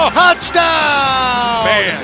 touchdown